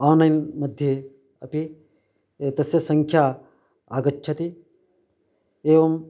आनैन् मध्ये अपि एतस्य सङ्ख्या आगच्छति एवं